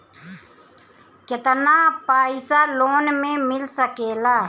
केतना पाइसा लोन में मिल सकेला?